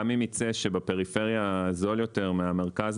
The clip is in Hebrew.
גם אם יצא שבפריפריה זול יותר מהמרכז,